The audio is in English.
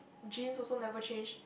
jeans also never change